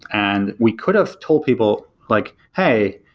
and we could've told people like, hey!